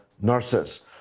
nurses